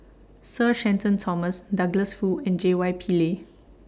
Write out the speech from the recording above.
Sir Shenton Thomas Douglas Foo and J Y Pillay